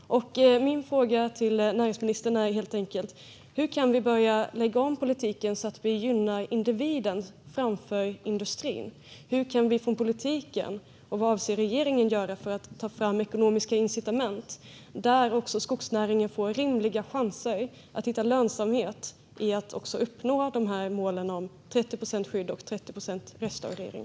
Min fråga till näringsministern är helt enkelt: Hur kan vi börja lägga om politiken så att vi gynnar individen framför industrin? Vad kan vi från politiken göra, och vad avser regeringen att göra, för att ta fram ekonomiska incitament där också skogsnäringen får rimliga chanser att hitta lönsamhet i att uppnå målen om 30 procents skydd och 30 procents restaurering?